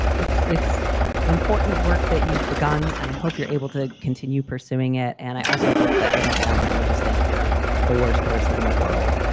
it's it's important work that you've begun and i hope you're able to continue pursuing it. and i also hope that i don't sound like i just think you're the worst person in the world.